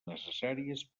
necessàries